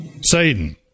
Satan